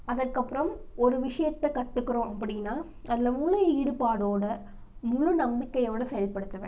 அதற்கப்புறம் ஒரு விஷயத்த கற்றுக்குறோம் அப்படின்னா அதில் முழு ஈடுபாடோடு முழு நம்பிக்கையோடு செயற்படுத்துவேன்